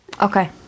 Okay